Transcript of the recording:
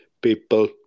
People